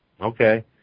Okay